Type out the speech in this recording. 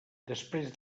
després